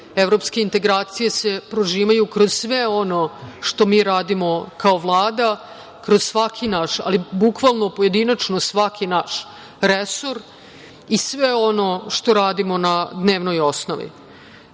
Evropske integracije se prožimaju kroz sve ono što mi radimo kao Vlada, kroz svaki naš, ali bukvalno pojedinačno svaki naš resor i sve ono što radimo na dnevnoj osnovi. Mi